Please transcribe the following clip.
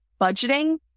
budgeting